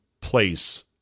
place